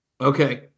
okay